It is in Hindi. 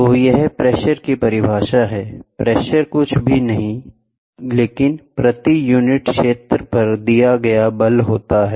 तो यह प्रेशर की परिभाषा है प्रेशर कुछ भी नहीं है लेकिन प्रति यूनिट क्षेत्र पर दिया बल गया है